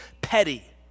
petty